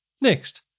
Next